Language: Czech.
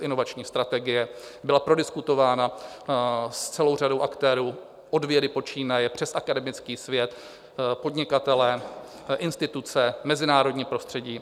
Inovační strategie byla prodiskutována s celou řadou aktérů, od vědy počínaje přes akademický svět, podnikatele, instituce, mezinárodní prostředí.